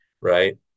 Right